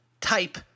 type